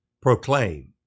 proclaim